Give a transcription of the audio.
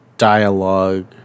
Dialogue